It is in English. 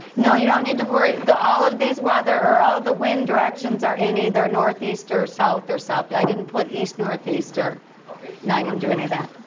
no. you don't need to worry all of these weather or all of the wind directions are in either northeast or south or south i didn't put east, northeast or okay. no. i didn't do any of that.